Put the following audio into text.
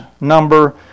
number